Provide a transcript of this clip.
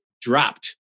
dropped